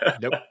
nope